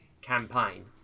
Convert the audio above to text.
campaign